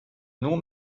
nur